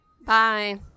Bye